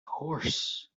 horse